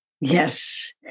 yes